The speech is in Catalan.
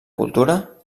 cultura